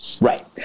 Right